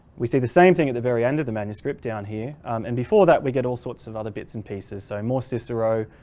we see the same thing at the very end of the manuscript down here and before that we get all sorts of other bits and pieces. so more cicero,